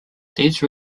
these